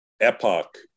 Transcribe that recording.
epoch